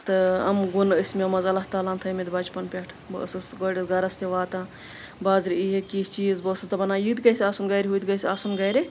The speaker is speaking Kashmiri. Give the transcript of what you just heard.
تہٕ یِم گُن ٲسۍ مےٚ منٛز اللہ تعالیٰ ہن تھٲومٕتۍ بَچہٕ پَن پٮ۪ٹھ بہٕ ٲسٕس گۄڈٕ گرس تہِ واتان بازرٕ یہِ ہا کیٚنٛہہ چیٖز بہٕ ٲسٕس دَپان نہ یہِ تہِ گژھِ آسُن گرِ ہُہ تہِ گژھِ آسُن گرِ